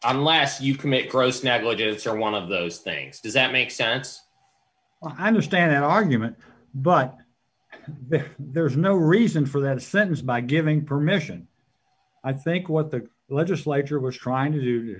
unless you commit gross negligence or one of those things does that make sense well i understand that argument but there there is no reason for that sentence by giving permission i think what the legislature was trying to do to